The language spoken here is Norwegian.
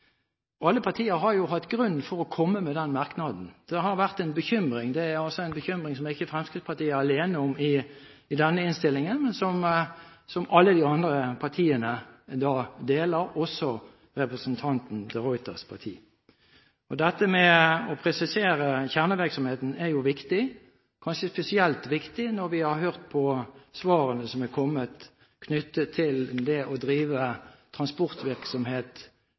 Alle partier har hatt grunn til å komme med den merknaden. Det har vært en bekymring. Det er altså en bekymring som Fremskrittspartiet ikke er alene om i denne innstillingen, men som alle de andre partiene deler, også representanten de Ruiters parti. Dette med å presisere kjernevirksomheten er viktig, kanskje spesielt viktig når vi har hørt på svarene som er kommet knyttet til det å drive transportvirksomhet